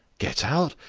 get out?